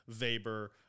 Weber